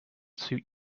suit